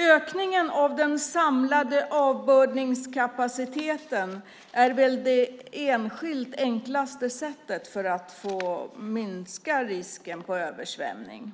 Ökningen av den samlade avbördningskapaciteten är väl det enskilt enklaste sättet att minska risken för översvämning.